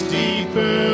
deeper